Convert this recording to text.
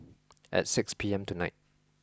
at six P M tonight